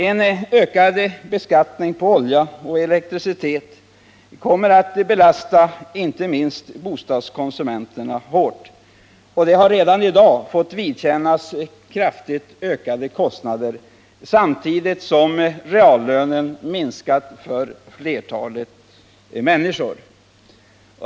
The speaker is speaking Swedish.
En ökad beskattning på olja och elektricitet kommer att belasta inte minst bostadskonsumenterna hårt. Och de har redan i dag fått vidkännas kraftigt ökade kostnader, samtidigt som reallönen minskat för flertalet människor.